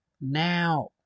now